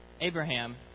Abraham